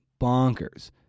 Bonkers